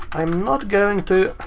i'm not going to